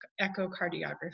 echocardiography